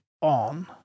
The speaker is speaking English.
on